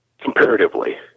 comparatively